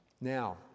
Now